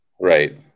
Right